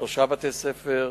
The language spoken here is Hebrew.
שלושה בתי-ספר,